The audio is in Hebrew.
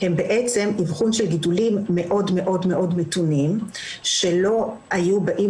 הם בעצם אבחון של גידולים מאוד מאוד מתונים שלא היו באים